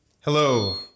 Hello